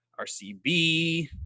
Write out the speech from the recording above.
RCB